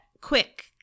quick